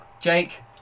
Jake